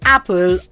Apple